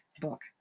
book